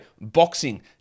boxing